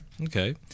Okay